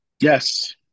Yes